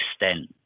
extent